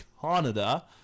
Canada